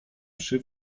mszy